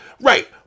Right